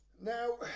Now